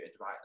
right